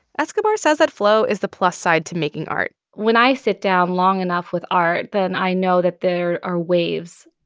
escobar says that flow is the plus side to making art when i sit down long enough with art then i know that there are waves